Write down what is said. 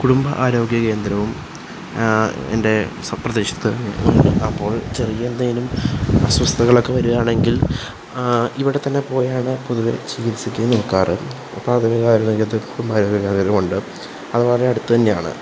കുടുംബ ആരോഗ്യകേന്ദ്രവും എൻ്റെ പ്രദേശത്ത് അപ്പോൾ ചെറിയ എന്തേലും അസ്വസ്ഥതകൾ ഒക്കെ വരുകയാണെങ്കിൽ ഇവിടെത്തന്നെ പോയാണ് പൊതുവേ ചികിൽസിക്കാൻ നോക്കാറ് പ്രാഥമിക ആരോഗ്യകേന്ദ്രത്തിൽ മരുന്നുകളെല്ലാം ഉണ്ട് അതുപോലെ അടുത്തുതന്നെയാണ്